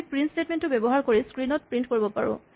আমি print statement ব্যৱহাৰ কৰি স্ক্ৰীন ত প্ৰিন্ট কৰিব পাৰোঁ